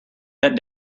that